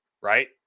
right